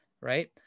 right